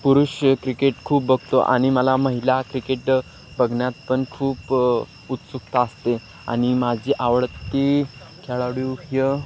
पुरुष क्रिकेट खूप बघतो आणि मला महिला क्रिकेट बघण्यात पण खूप उत्सुकता असते आणि माझी आवडती खेळाडू ह्य